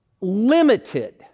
limited